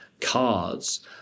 cards